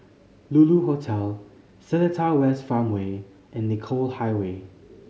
Lulu Hotel Seletar West Farmway and Nicoll Highway